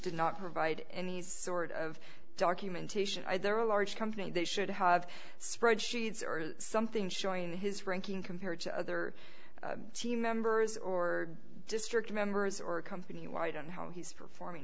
did not provide any sort of documentation either a large company they should have spreadsheets or something showing his ranking compared to other team members or district members or company wide and how he's performing